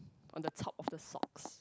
on the top of the socks